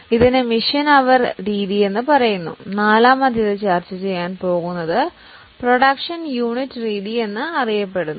ഇതിനെ മെഷീൻ അവർ രീതി എന്നും നാലാമത്തേത് ചർച്ചചെയ്യാൻ പോകുന്നത് പ്രൊഡക്ഷൻ യൂണിറ്റ് രീതിയാണെന്നും അറിയപ്പെടുന്നു